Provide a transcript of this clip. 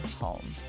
home